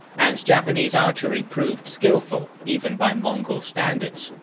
and japanese archery proved skillful even by mongol standards.